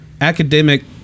academic